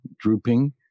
drooping